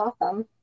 awesome